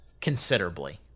considerably